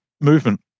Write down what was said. movement